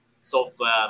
software